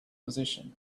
position